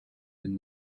den